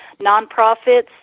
Nonprofits